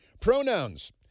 Pronouns